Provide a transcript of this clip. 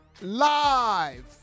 Live